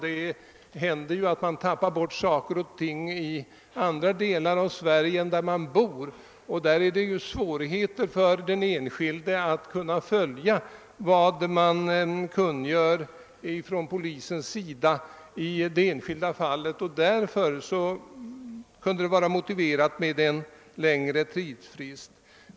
Det händer att man tappar bort saker och ting i andra delar av Sverige än där man bor, och då är det svårt för den enskilde att följa med vad polisen kungör. Därför kan det alltså vara motiverat med en längre tidsfrist.